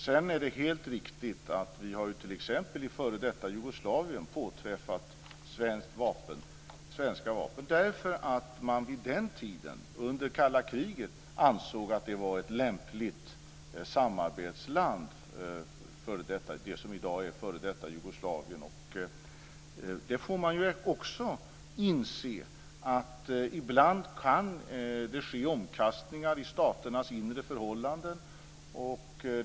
Sedan är det helt riktigt att vi t.ex. i f.d. Jugoslavien har påträffat svenska vapen, därför att man under kalla kriget ansåg att det som i dag är f.d. Jugoslavien var ett lämpligt samarbetsland. Vi får också inse att det ibland kan ske omkastningar i staternas inre förhållanden.